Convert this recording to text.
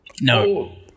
No